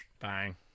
Bang